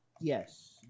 Yes